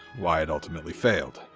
why it ultimately failed.